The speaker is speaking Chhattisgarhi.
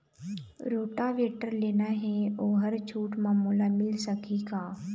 रोटावेटर लेना हे ओहर छूट म मोला मिल सकही का?